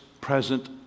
present